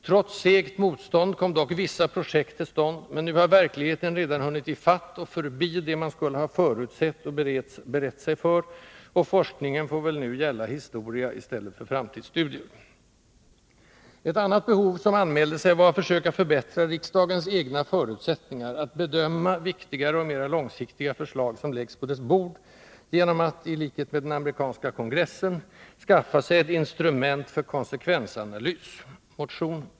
Trots segt motstånd kom dock vissa projekt till stånd, men nu har verkligheten redan hunnit i fatt och förbi det man skulle ha förutsett och berett sig för, och forskningen får väl nu gälla historia i stället för framtidsstudier. Ett annat behov som anmälde sig var att försöka förbättra riksdagens egna förutsättningar att bedöma viktigare och mera långsiktiga förslag, som läggs på dess bord, genom att — i likhet med den amerikanska kongressen — skaffa sig ett instrument för konsekvensanalys .